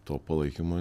to palaikymo